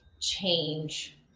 change